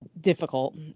difficult